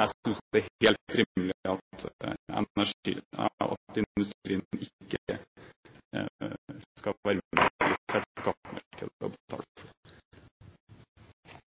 Jeg synes det er helt rimelig at industrien ikke skal være med og